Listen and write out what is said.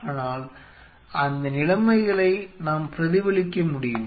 ஆனால் அந்த நிலைமைகளை நாம் பிரதிபலிக்க முடியுமா